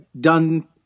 done